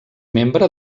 membre